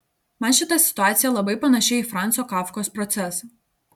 man šita situacija labai panaši į franco kafkos procesą